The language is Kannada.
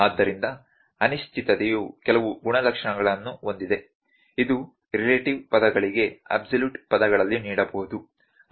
ಆದ್ದರಿಂದ ಅನಿಶ್ಚಿತತೆಯು ಕೆಲವು ಗುಣಲಕ್ಷಣಗಳನ್ನು ಹೊಂದಿದೆ ಇದನ್ನು ರಿಲೇಟಿವ್ ಪದಗಳಿಗೆ ಅಬ್ಸಲ್ಯೂಟ್ ಪದಗಳಲ್ಲಿ ನೀಡಬಹುದು